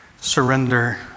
surrender